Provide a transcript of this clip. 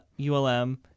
ULM